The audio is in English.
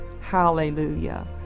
hallelujah